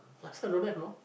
last time don't have you know